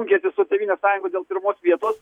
rungėsi su tėvynės sąjunga dėl pirmos vietos